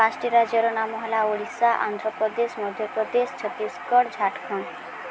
ପାଞ୍ଚଟି ରାଜ୍ୟର ନାମ ହେଲା ଓଡ଼ିଶା ଆନ୍ଧ୍ରପ୍ରଦେଶ ମଧ୍ୟପ୍ରଦେଶ ଛତିଶଗଡ଼ ଝାଡ଼ଖଣ୍ଡ